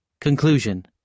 Conclusion